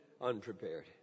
unprepared